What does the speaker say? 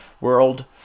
world